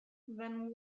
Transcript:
then